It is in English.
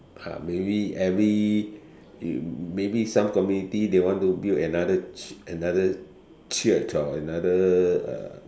uh maybe every maybe some community they want to build another ch~ another church or another uh